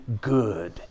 good